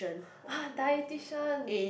ah dietitian